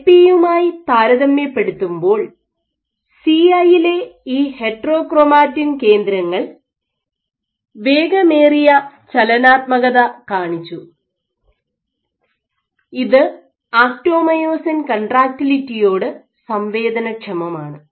എൽപിയുമായി താരതമ്യപ്പെടുത്തുമ്പോൾ സിഐയിലെ ഈ ഹെറ്ററോക്രോമറ്റിൻ കേന്ദ്രങ്ങൾ വേഗമേറിയ ചലനാത്മകത കാണിച്ചു ഇത് ആക്ടോമയോസിൻ കൺട്രാക്റ്റിലിറ്റിയോട് സംവേദനക്ഷമമാണ്